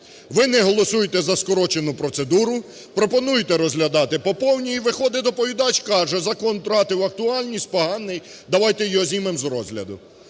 Ви не голосуєте за скорочену процедуру, пропонуєте розглядати по повній, і виходить доповідач і каже: закон втратив актуальність, поганий, давайте його знімемо з розгляду.